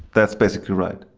that's basically right.